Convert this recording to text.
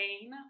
pain